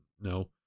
No